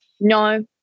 no